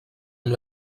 amb